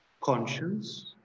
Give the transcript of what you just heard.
conscience